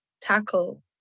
tackle